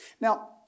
Now